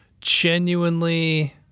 genuinely